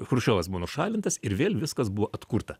chruščiovas buvo nušalintas ir vėl viskas buvo atkurta